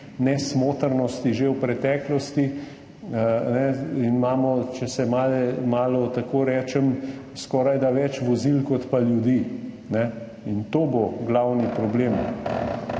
nesmotrnosti že v preteklosti. Imamo, če malo tako rečem, skorajda več vozil kot pa ljudi, in to bo glavni problem.